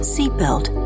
Seatbelt